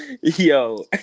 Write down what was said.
Yo